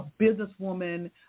businesswoman